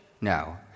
No